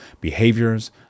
behaviors